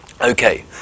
Okay